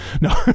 No